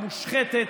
המושחתת,